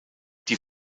die